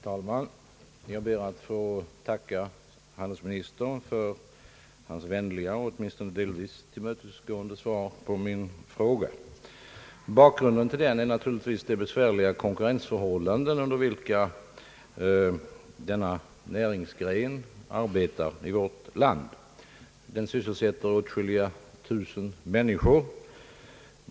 Herr talman! Jag ber att få tacka handelsministern för hans vänliga och åtminstone delvis tillmötesgående svar på min fråga. Bakgrunden till den är naturligtvis de besvärliga konkurrensförhållanden under vilka denna näringsgren arbetar i vårt land. Den sysselsätter åtskilliga tusen människor.